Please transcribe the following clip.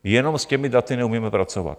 Jenom s těmi daty neumíme pracovat.